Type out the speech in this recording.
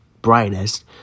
brightest